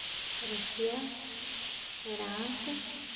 Russia France